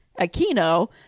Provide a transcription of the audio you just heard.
Aquino